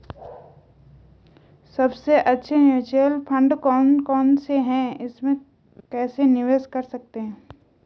सबसे अच्छे mutual fund कौन कौनसे हैं इसमें कैसे निवेश कर सकते हैं?